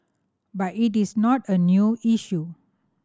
but it is not a new issue